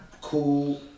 Cool